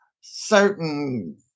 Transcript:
certain